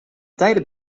tijden